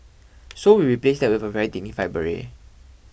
so we replaced that with a very dignified beret